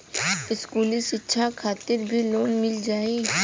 इस्कुली शिक्षा खातिर भी लोन मिल जाई?